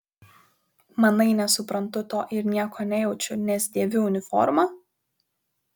manai nesuprantu to ir nieko nejaučiu nes dėviu uniformą